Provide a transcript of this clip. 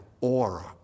aura